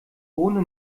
ohne